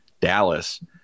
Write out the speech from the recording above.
Dallas